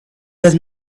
that